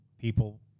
people